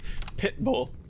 Pitbull